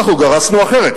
אנחנו גרסנו אחרת,